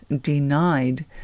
denied